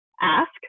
ask